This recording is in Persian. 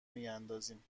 میاندازیم